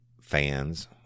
fans